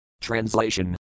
Translation